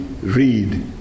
read